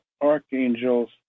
archangels